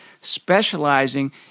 specializing